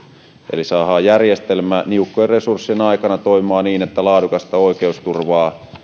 eli saadaan järjestelmä niukkojen resurssien aikana toimimaan niin että laadukasta oikeusturvaa